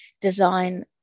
design –